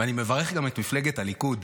ואני מברך גם את מפלגת הליכוד,